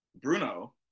Bruno